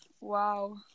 Wow